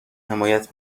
حمایت